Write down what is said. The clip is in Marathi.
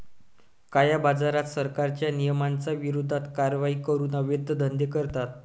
काळ्याबाजारात, सरकारच्या नियमांच्या विरोधात कारवाई करून अवैध धंदे करतात